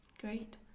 great